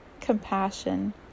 compassion